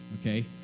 okay